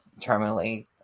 terminally